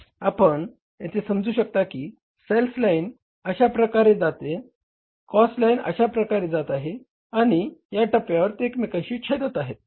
आपण येथे समजू शकता की सेल्स लाईन अशा प्रकारे जात आहे कॉस्ट लाईन अशा प्रकारे जात आहे आणि या टप्प्यावर ते एकमेकांशी छेदत आहेत